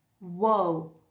whoa